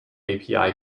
api